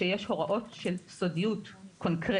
כשיש בחקיקה הוראות של סודיות קונקרטיות,